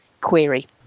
query